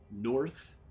North